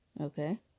Okay